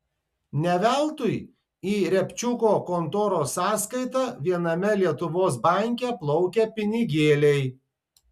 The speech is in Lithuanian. ne veltui į riabčiuko kontoros sąskaitą viename lietuvos banke plaukia pinigėliai